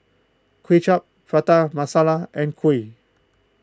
Kuay Chap Prata Masala and Kuih